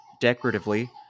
decoratively